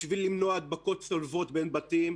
בשביל למנוע הדבקות צולבות בין בתים.